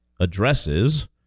addresses